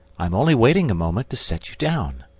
i am only waiting a moment to set you down.